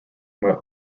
while